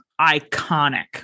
iconic